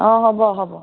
অঁ হ'ব হ'ব